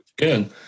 Again